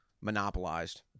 monopolized